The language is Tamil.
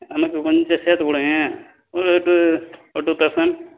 எனக்கு கொஞ்சம் சேர்த்து கொடுங்க ஒரு டூ ஒரு டூ தெளசண்ட்